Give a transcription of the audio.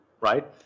right